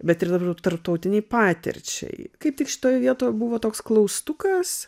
bet ir dar tarptautinei patirčiai kaip tik šitoj vietoj buvo toks klaustukas